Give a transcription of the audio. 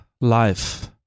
life